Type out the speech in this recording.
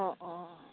অঁ অঁ